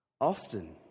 Often